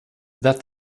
that